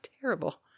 terrible